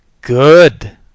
good